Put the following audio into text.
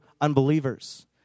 unbelievers